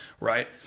right